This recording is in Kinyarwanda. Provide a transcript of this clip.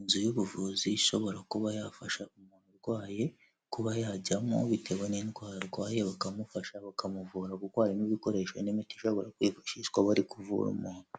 inzu y'ubuvuzi ishobora kuba yafasha umuntu urwaye kuba yajyamo bitewe n'indwara arwaye bakamufasha bakamuvura kuko harimo ibikoresho n'imiti ishobora kwifashishwa bari kuvura umuntu.